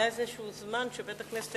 היה איזה זמן שבית-הכנסת